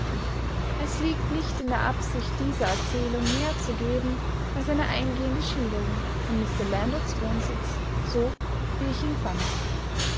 es liegt nicht in der absicht dieser erzählung mehr zu geben als eine eingehende schilderung von mr landors wohnsitz so wie ich ihn fand